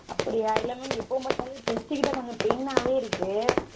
அப்படியா இல்லை மேம் எப்போது பார்த்தாலும் செஸ்ட்டு கிட்டே கொஞ்சம் பெய்ன்னாகவே இருக்குது